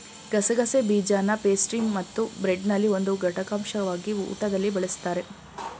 ಗಸಗಸೆ ಬೀಜನಪೇಸ್ಟ್ರಿಮತ್ತುಬ್ರೆಡ್ನಲ್ಲಿ ಒಂದು ಘಟಕಾಂಶವಾಗಿ ಊಟದಲ್ಲಿ ಬಳಸ್ತಾರೆ